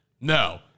No